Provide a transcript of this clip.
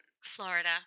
Florida